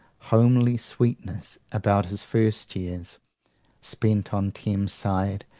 homely sweetness about his first years, spent on thames' side,